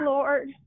Lord